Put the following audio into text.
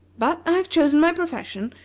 but i have chosen my profession,